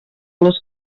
les